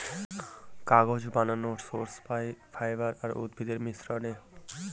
কাগজ বানানর সোর্স পাই ফাইবার আর উদ্ভিদের মিশ্রনে